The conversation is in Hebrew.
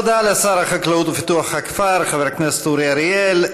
תודה לשר החקלאות ופיתוח הכפר חבר הכנסת אורי אריאל.